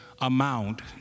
amount